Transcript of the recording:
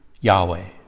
Yahweh